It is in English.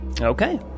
Okay